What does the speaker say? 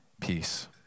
peace